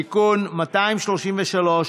לפיכך הצעת חוק הנכים (תגמולים ושיקום) (תיקון מס' 32)